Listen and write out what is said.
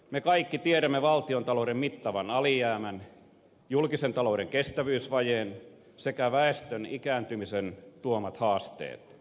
me kaikki tiedämme valtiontalouden mittavan alijäämän julkisen talouden kestävyysvajeen sekä väestön ikääntymisen tuomat haasteet